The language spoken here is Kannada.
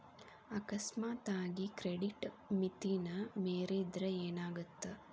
ಅಕಸ್ಮಾತಾಗಿ ಕ್ರೆಡಿಟ್ ಮಿತಿನ ಮೇರಿದ್ರ ಏನಾಗತ್ತ